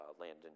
Landon